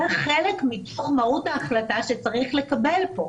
זה חלק מתוך מהות ההחלטה שצריך לקבל פה.